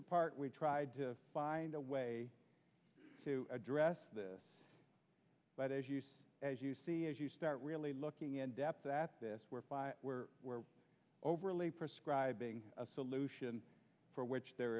apart we tried to find a way to address this but as you see as you see as you start really looking in depth that this where we're overly prescribing a solution for which there